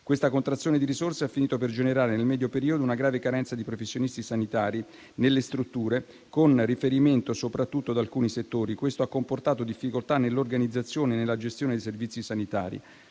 Questa contrazione di risorse ha finito per generare nel medio periodo una grave carenza di professionisti sanitari nelle strutture con riferimento soprattutto ad alcuni settori. Questo ha comportato difficoltà nell'organizzazione e nella gestione dei servizi sanitari.